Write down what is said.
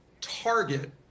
target